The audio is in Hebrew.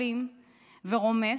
אלים ורומס,